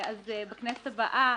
בכנסת הבאה,